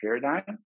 paradigm